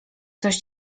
coś